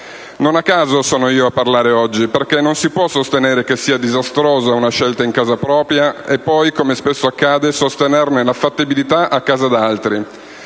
Non a caso sono io a parlare oggi, perché non si può sostenere che sia disastrosa una scelta in casa propria e poi, come spesso accade, sostenerne la fattibilità a casa d'altri.